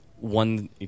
one